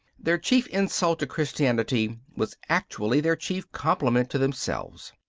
their chief insult to christianity was actually their chief compliment to themselves,